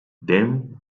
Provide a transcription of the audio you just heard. then